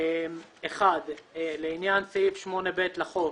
1. לעניין סעיף 8(ב) לחוק